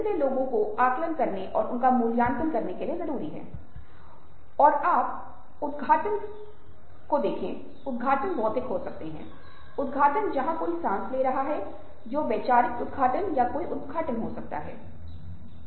सुनो लेकिन एक अंतर के साथ सुनो जैसा कि हमने पहले चर्चा की है लेकिन के लिए नाही लेकिन समझने के लिए साझा करने के लिए एक खुलेपन के साथ सुनो जो कुछ ऐसा है जिसे हमने पहले ही बहुत हद तक अपने सुनने और बोलने के भाषणों पर चर्चा की है